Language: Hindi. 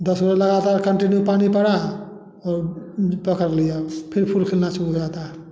दस बार लगातार कंटिन्यू पानी पड़ा और पकड़ लिया फिर फूल खिलना शुरू हो जाता है